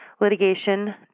litigation